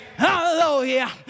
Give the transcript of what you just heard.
Hallelujah